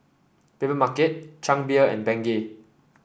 Papermarket Chang Beer and Bengay